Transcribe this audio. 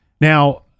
Now